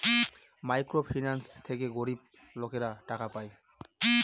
micro finance থেকে গরিব লোকেরা টাকা পায়